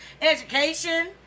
education